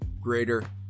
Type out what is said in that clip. greater